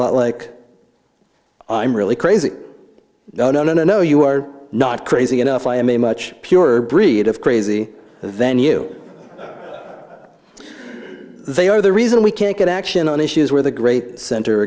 lot like i'm really crazy oh no you are not crazy enough i am a much pure breed of crazy then you they are the reason we can't get action on issues where the great center